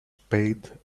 paid